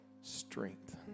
Strength